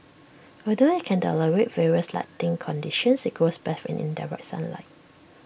although IT can tolerate various lighting conditions IT grows best in indirect sunlight